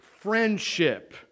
friendship